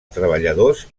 treballadors